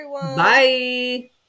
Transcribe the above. bye